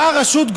באה הרשות,